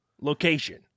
Location